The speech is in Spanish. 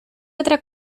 otra